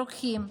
רוקחים,